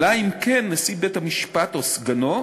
אלא אם כן נשיא בית-המשפט או סגנו,